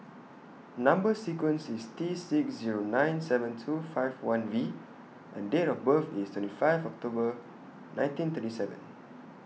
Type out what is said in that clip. Number sequence IS T six Zero nine seven two five one V and Date of birth IS twenty five October nineteen thirty seven